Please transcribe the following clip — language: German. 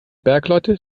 bergleute